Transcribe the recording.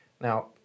Now